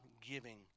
giving